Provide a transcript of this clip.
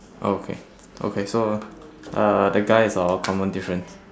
okay okay so uh the guy is our common difference